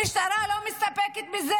המשטרה לא מסתפקת בזה.